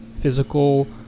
physical